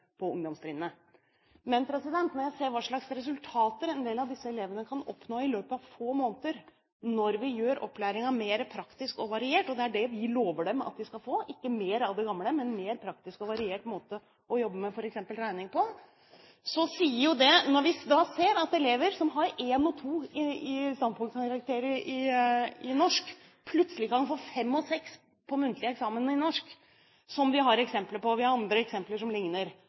kan oppnå i løpet av få måneder når vi gjør opplæringen mer praktisk og variert, og det er det vi lover dem at de skal få, ikke mer av det gamle, men en mer praktisk og variert måte å jobbe med f.eks. regning på, når vi ser at elever som har 1 og 2 i standpunktkarakter i norsk, plutselig kan få 5 og 6 på muntlig eksamen i norsk – som vi har eksempler på, og vi har andre eksempler som ligner